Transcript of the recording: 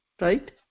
right